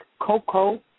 Coco